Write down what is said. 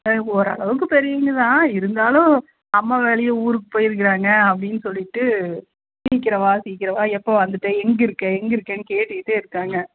ஆ ஓரளவுக்கு பெரியவங்க தான் இருந்தாலும் அம்மா வெளியே ஊருக்கு போயிருக்குறாங்க அப்படின்னு சொல்லிவிட்டு சீக்கிரம் வா சீக்கிரம் வா எப்போ வந்துட்ட எங்கேருக்க எங்கேருக்கன்னு கேட்டுக்கிட்டேருக்காங்க